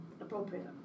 appropriate